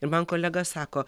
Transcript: ir man kolega sako